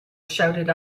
shouted